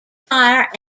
fire